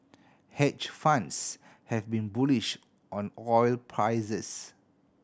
hedge funds have been bullish on oil prices